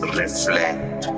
reflect